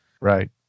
Right